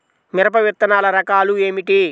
మిరప విత్తనాల రకాలు ఏమిటి?